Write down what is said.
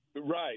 Right